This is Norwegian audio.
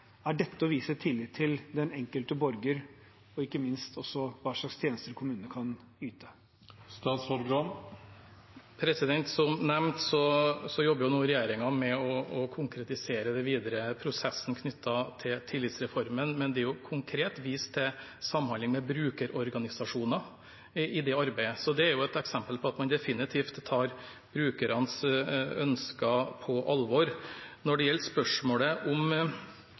Er det å vise tillit til den enkelte borger og ikke minst også til kommunene, med tanke på hvilke tjenester de kan yte? Som nevnt jobber regjeringen nå med å konkretisere den videre prosessen knyttet til tillitsreformen, men det er konkret vist til samhandling med brukerorganisasjoner i det arbeidet. Så det er jo et eksempel på at man definitivt tar brukernes ønsker på alvor. Når det gjelder spørsmålet om